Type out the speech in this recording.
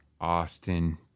Austin